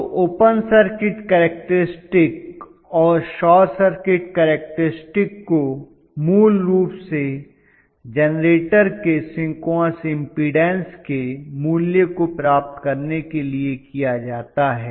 तो open circuit characteristics और short circuit characteristics को मूल रूप से जेनरेटर के सिंक्रोनस इम्पीडन्स के मूल्य को प्राप्त करने के लिए किया जाता है